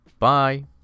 Bye